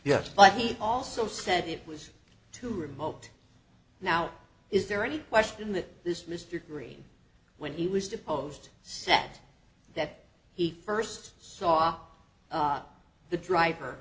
yes but he also said it was too remote now is there any question that this mr green when he was deposed said that he first saw the driver